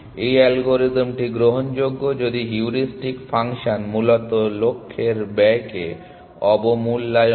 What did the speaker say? এই অ্যালগরিদমটি গ্রহণযোগ্য যদি হিউরিস্টিক ফাংশন মূলত লক্ষ্যের ব্যয়কে অবমূল্যায়ন করে